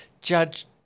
judge